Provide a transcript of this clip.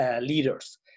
leaders